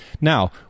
Now